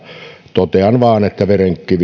totean vain että